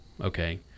Okay